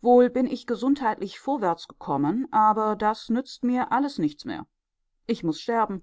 wohl bin ich gesundheitlich vorwärts gekommen aber das nützt mir alles nichts mehr ich muß sterben